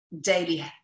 daily